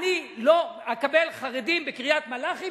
אני לא אקבל חרדים לקריית-מלאכי,